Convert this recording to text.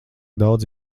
daudz